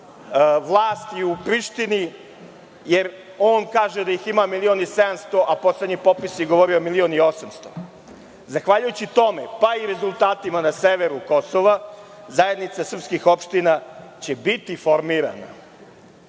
vlasti u Prištini, jer on kaže da ih ima 1.700.000, a poslednji popis je govorio 1.800.000. Zahvaljujući tome, pa i rezultatima na severu Kosova, zajednica srpskih opština će biti formirana